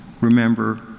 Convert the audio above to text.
Remember